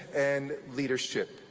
and leadership.